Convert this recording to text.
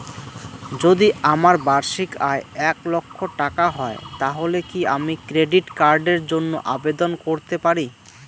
যদি আমার বার্ষিক আয় এক লক্ষ টাকা হয় তাহলে কি আমি ক্রেডিট কার্ডের জন্য আবেদন করতে পারি?